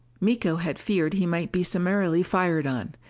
miko had feared he might be summarily fired on.